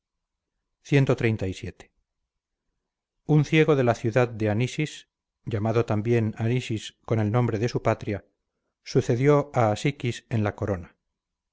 hizo aquel rey cxxxvii un ciego de la ciudad de anisis llamado también anisis con el nombre de su patria sucedió a asiquis en la corona